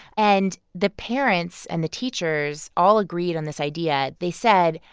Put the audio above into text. and the parents and the teachers all agreed on this idea. they said,